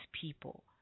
people